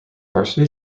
varsity